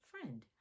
Friend